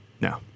No